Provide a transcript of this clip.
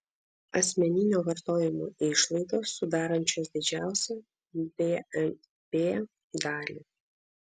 asmeninio vartojimo išlaidos sudarančios didžiausią bnp dalį